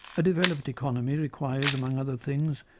a developed economy requires, among other things,